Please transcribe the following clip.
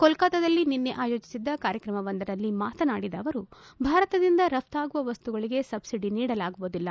ಕೋಲ್ಡೊತಾದಲ್ಲಿ ನಿನ್ನೆ ಆಯೋಜಿಸಿದ್ದ ಕಾರ್ಯಕ್ರಮವೊಂದರಲ್ಲಿ ಮಾತನಾಡಿದ ಅವರು ಭಾರತದಿಂದ ರಫ್ತಾಗುವ ವಸ್ತುಗಳಿಗೆ ಸಬ್ಲಡಿ ನೀಡಲಾಗುವುದಿಲ್ಲ